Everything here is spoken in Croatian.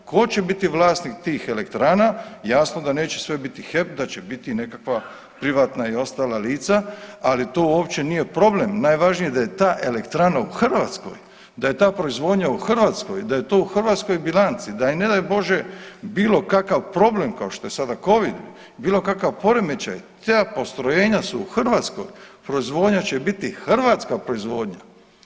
Tko će biti vlasnik tih elektrana, jasno da neće sve biti HEP, da će biti nekakva privatna i ostala lica, ali to uopće nije problem, najvažnije da je ta elektrana u Hrvatskoj, da je ta proizvodnja u Hrvatskoj, da je to u hrvatskoj bilanci, da je ne daj Bože bilo kakav problem, kao što je sada Covid, bilo kakav poremećaj, ta postrojenja su u Hrvatskoj, proizvodnja će biti hrvatska proizvodnja.